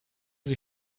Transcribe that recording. sie